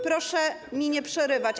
Proszę mi nie przerywać.